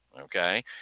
okay